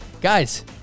Guys